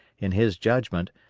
in his judgment,